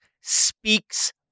speaks